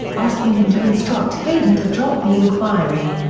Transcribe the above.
asking him to instruct hayden to drop the inquiry.